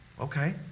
Okay